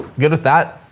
good with that.